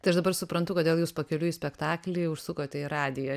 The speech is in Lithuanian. tai aš dabar suprantu kodėl jūs pakeliui į spektaklį užsukote į radiją